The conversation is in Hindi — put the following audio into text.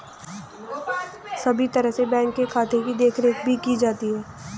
सभी तरह से बैंक के खाते की देखरेख भी की जाती है